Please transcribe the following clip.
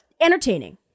entertaining